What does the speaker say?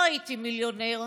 לא הייתי מיליונר,